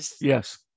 Yes